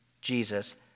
Jesus